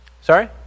sorry